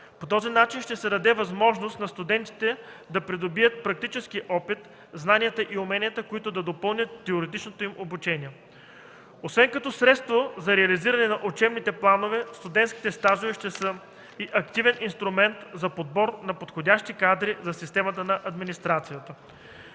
По този начин ще се даде възможност на студентите да придобият практическия опит, знанията и уменията, които да допълнят теоретичното им обучение. Освен като средство за реализиране на учебните планове, студентските стажове ще са и активен инструмент за подбор на подходящи кадри за системата на администрацията.